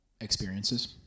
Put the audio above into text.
experiences